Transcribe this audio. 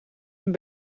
hun